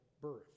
birth